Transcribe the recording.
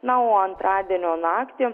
na o antradienio naktį